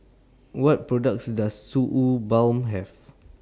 What products Does Suu Balm Have